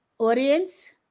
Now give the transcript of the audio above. Audience